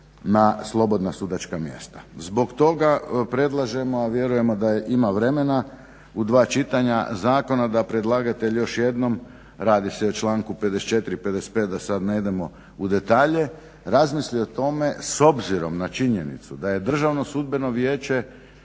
na slobodna sudačka mjesta. Zbog toga predlažemo, a vjerujemo da ima vremena u dva čitanja zakona da predlagatelj još jednom, radi se o članku 54. i 55. da sad ne idemo u detalje, razmisli o tome s obzirom na činjenicu da je Državno sudbeno vijeće